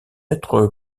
être